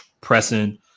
pressing